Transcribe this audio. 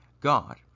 god